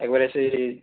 একবার এসে